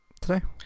today